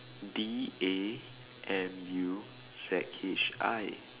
D A M U Z H I